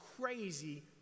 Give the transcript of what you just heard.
crazy